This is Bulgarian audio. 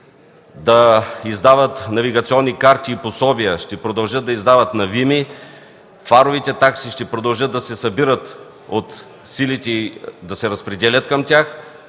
да издават навигационни карти и пособия, ще продължат да издават новини, фаровите такси ще продължат да се събират от Силите и да се разпределят към тях.